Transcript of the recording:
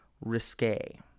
risque